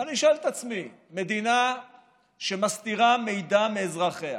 ואני שואל את עצמי: מדינה שמסתירה מידע מאזרחיה,